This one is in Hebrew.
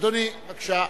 אדוני, בבקשה.